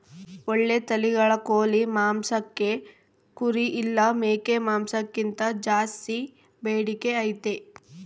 ಓಳ್ಳೆ ತಳಿಗಳ ಕೋಳಿ ಮಾಂಸಕ್ಕ ಕುರಿ ಇಲ್ಲ ಮೇಕೆ ಮಾಂಸಕ್ಕಿಂತ ಜಾಸ್ಸಿ ಬೇಡಿಕೆ ಐತೆ